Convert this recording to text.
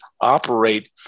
operate